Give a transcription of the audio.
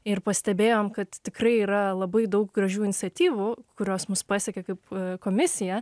ir pastebėjome kad tikrai yra labai daug gražių iniciatyvų kurios mus pasiekė kaip komisiją